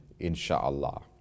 insha'Allah